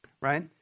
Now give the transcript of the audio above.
right